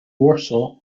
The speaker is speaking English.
warsaw